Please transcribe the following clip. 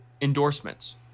endorsements